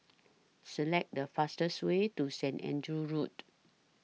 Select The fastest Way to Saint Andrew's Road